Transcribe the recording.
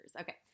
Okay